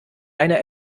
eine